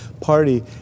Party